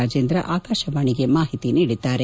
ರಾಜೇಂದ್ರ ಆಕಾಶವಾಣಿಗೆ ಮಾಹಿತಿ ನೀಡಿದ್ದಾರೆ